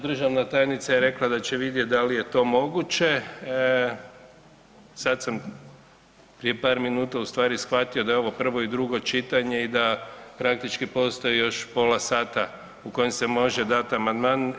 Državna tajnica je rekla da će vidjet da li je to moguće, sad sam prije par minuta u stvari shvatio da je ovo prvo i drugo čitanje i da praktički postoji još pola sata u kojem se može dat amandman.